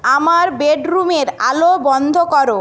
আমার বেডরুমের আলো বন্ধ করো